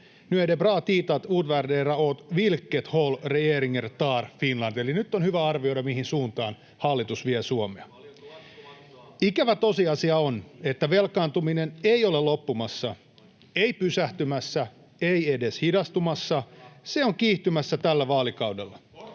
nyt on hyvä arvioida, mihin suuntaan hallitus vie Suomea. Ikävä tosiasia on, että velkaantuminen ei ole loppumassa, ei pysähtymässä, ei edes hidastumassa. Se on kiihtymässä tällä vaalikaudella.